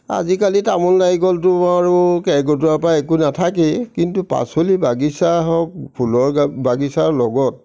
আজিকালি তামোল নাৰিকলটো আৰু কেৰ্কেটুৱাৰ পৰা একো নাথাকেই কিন্তু পাচলি বাগিচা হওক ফুলৰ বা বাগিচা লগত